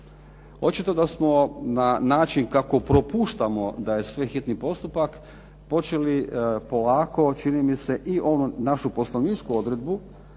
Očito da smo na način kako propuštamo da je sve hitni postupak počeli polako čini mi se i ovu našu poslovničku odredbu